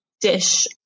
dish